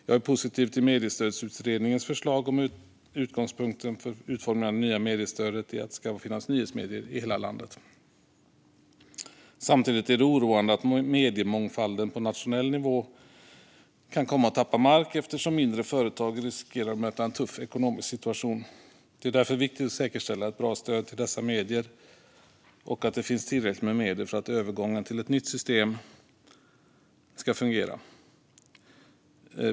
Jag är positiv till Mediestödsutredningens förslag om att utgångspunkten för utformningen av det nya mediestödet är att det ska finnas nyhetsmedier i hela landet. Samtidigt är det oroande att mediemångfalden på nationell nivå kan komma att tappa mark eftersom mindre företag riskerar att möta en tuff ekonomisk situation. Det är därför viktigt att säkerställa ett bra stöd till dessa medier och att det finns tillräckligt med medel för att övergången till ett nytt system ska fungera.